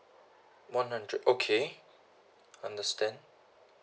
one hundred okay understand